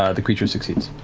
ah the creature succeeds.